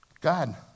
God